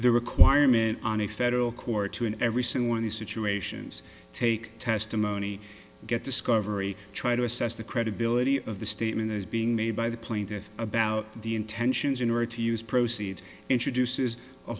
the requirement on a federal court to in every single of these situations take testimony get discovery try to assess the credibility of the statement is being made by the plaintiff about the intentions in order to use proceeds introduces a